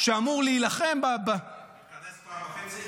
שאמור להילחם --- שמתכנס פעם וחצי.